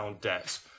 debt